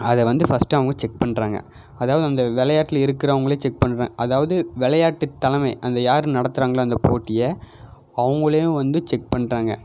அதை வந்து ஃபஸ்ட்டு அவங்க செக் பண்ணுறாங்க அதாவது அந்த விளையாட்டுல இருக்கிறவங்களே செக் பண்ணுறாங்க அதாவது விளையாட்டு தலைமை அந்த யார் நடத்துகிறாங்களோ அந்த போட்டியை அவர்களையும் வந்து செக் பண்ணுறாங்க